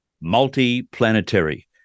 multi-planetary